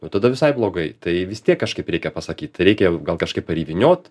o tada visai blogai tai vis tiek kažkaip reikia pasakyt tai reikia gal kažkaip ar įvyniot